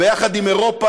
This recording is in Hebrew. יחד עם אירופה,